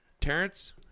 terrence